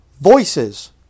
voices